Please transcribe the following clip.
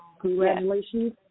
congratulations